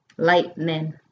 Lightning